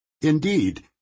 Indeed